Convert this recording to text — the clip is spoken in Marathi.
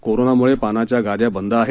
कोरोनामुळे पानाच्या गाद्या बंद आहेत